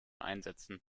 einsätzen